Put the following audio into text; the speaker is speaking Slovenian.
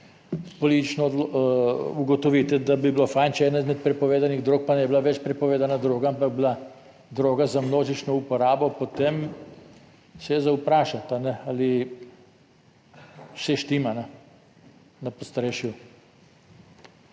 politično ugotovite, da bi bilo fajn, če je ena izmed prepovedanih drog, pa ne bi bila več prepovedana droga, ampak je bila droga za množično uporabo, potem se je za vprašati, ali vse štima na podstrešju.